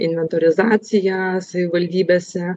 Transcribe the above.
inventorizacija savivaldybėse